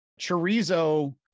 chorizo